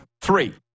Three